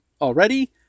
already